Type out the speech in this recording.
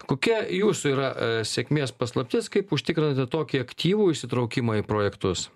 kokia jūsų yra sėkmės paslaptis kaip užtikrinate tokį aktyvų įsitraukimą į projektus